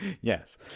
Yes